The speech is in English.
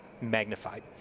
magnified